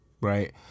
right